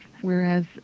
whereas